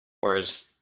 Whereas